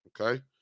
okay